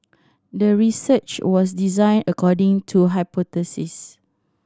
the research was designed according to hypothesis